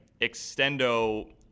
extendo